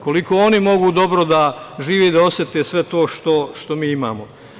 Koliko oni mogu dobro da žive i da osete sve to što mi imamo?